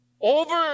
Over